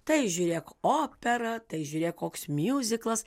tai žiūrėk opera tai žiūrėk koks miuziklas